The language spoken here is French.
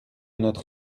notre